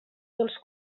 dels